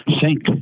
sink